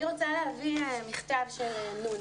אני רוצה להביא מכתב של נ'.